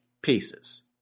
pieces